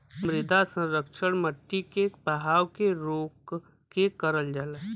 मृदा संरक्षण मट्टी के बहाव के रोक के करल जाला